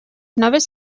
noves